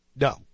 no